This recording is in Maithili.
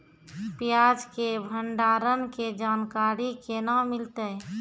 प्याज के भंडारण के जानकारी केना मिलतै?